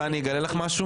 אני אגלה לך משהו.